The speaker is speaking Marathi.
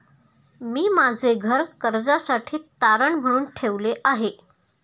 मी माझे घर कर्जासाठी तारण म्हणून ठेवले आहे